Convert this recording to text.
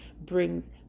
brings